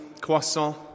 croissant